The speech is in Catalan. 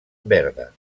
verda